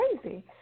crazy